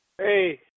Hey